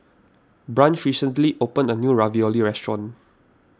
Branch recently opened a new Ravioli restaurant